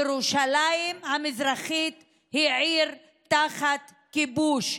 ירושלים המזרחית היא עיר תחת כיבוש,